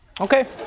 Okay